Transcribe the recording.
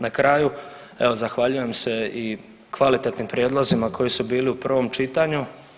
Na kraju, evo zahvaljujem se i kvalitetnim prijedlozima koji su bili u prvom čitanju.